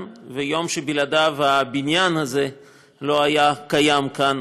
ויום שבלעדיו הבניין הזה לא היה קיים כאן,